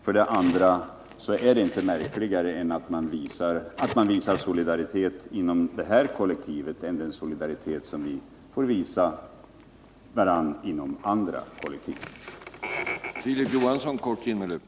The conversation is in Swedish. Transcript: För det andra är det inte märkligare att man visar solidaritet inom det här kollektivet än den solidaritet som vi får visa varandra inom andra kollektiv.